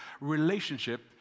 relationship